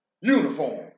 Uniform